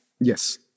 Yes